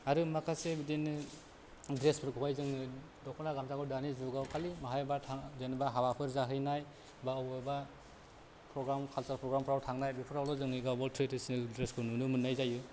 आरो माखासे बिदिनो द्रेसफोरखौहाय जोङो दख'ना गामसाखौ दानि जुगाव खालि बहायबा थां जेनेबा हाबाफोर जाहैनाय बा बबेबा प्रग्राम कालसार प्रग्रामफोराव थांनाय बिफोरावल' जोंनि गावबागाव ट्रेदिसनेल द्रेसखौ नुनो मोननाय जायो